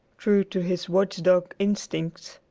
true to his watchdog instincts,